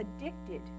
addicted